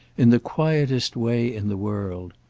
in the quietest way in the world.